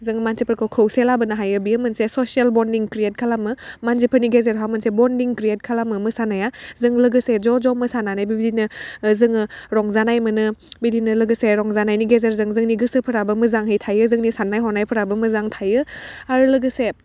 जों मानसिफोरखौ खौसे लाबोनो हायो बियो मोनसे शसेल बन्दिं क्रियेट खालामो मानसिफोरनि गेजेरहा मोनसे बन्दिं क्रियेट खालामो मोसानाया जों लोगोसे ज' ज' मोसानानैबो बिदिनो जोङो रंजानाय मोनो बिदिनो लोगोसे रंजानायनि गेजेरजों जोंनि गोसोफोराबो मोजांहै थायो जोंनि साननाय हनायफोराबो मोजां थायो आरो लोगोसे